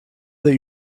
that